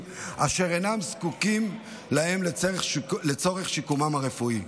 אשר הם זקוקים להם לצורך שיקומם הרפואי.